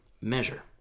measure